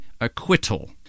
acquittal